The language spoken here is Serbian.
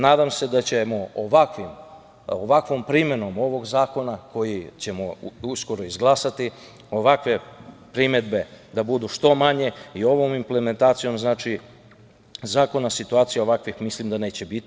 Nadam se da će ovakvom primenom ovog zakona koji ćemo uskoro izglasati ovakve primedbe da budu što manje i ovom implementacijom zakona situacija ovakvih mislim da neće biti.